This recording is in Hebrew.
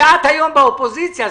וזה כאשר את באופוזיציה.